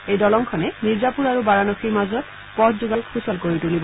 এই দলঙখনে মিৰ্জাপুৰ আৰু বাৰানসীৰ মাজত পথ যোগাযোগ সূচল কৰি তুলিব